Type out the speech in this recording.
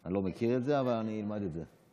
אני לא מכיר את זה אבל אני אלמד את זה.